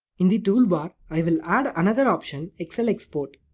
in the toolbar, i will add another option excel export.